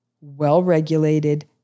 well-regulated